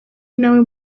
nawe